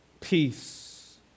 peace